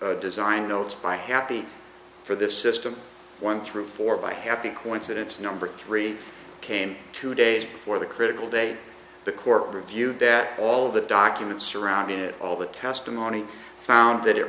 design notes by happy for this system one through four by happy coincidence number three came two days before the critical day the court reviewed that all of the documents surrounding it all the testimony found